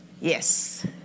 yes